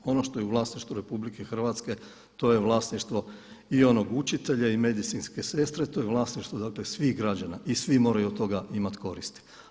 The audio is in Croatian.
Ono što je u vlasništvu RH to je vlasništvo i onog učitelja i medicinske sestre, to je vlasništvo svih građana i svi moraju od toga imati koristi.